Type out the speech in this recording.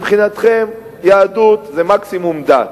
מבחינתכם יהדות זה מקסימום דת.